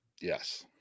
Yes